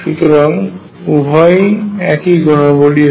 সুতরাং উভয়ই একই গুণাবলী হয়